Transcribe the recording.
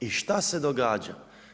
I šta se događa?